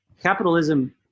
Capitalism